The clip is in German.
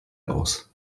aus